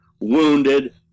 wounded